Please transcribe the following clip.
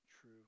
true